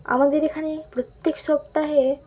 আমাদের এখানে প্রত্যেক সপ্তাহে